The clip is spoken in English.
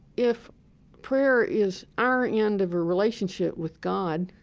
if prayer is our end of a relationship with god,